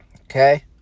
Okay